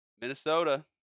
Minnesota